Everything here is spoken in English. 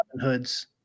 Hood's